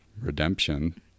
redemption